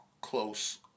close